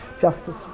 justice